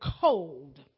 cold